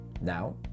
Now